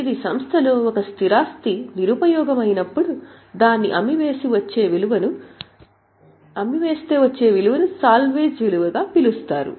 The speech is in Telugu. ఇది సంస్థ లో ఒక స్థిరాస్తి నిరుపయోగమైనప్పుడు దాన్ని అమ్మి వేస్తే వచ్చే విలువను సాల్వేజ్ విలువగా పిలుస్తారు